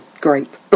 grape